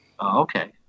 Okay